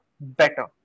better